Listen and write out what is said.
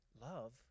love